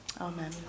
amen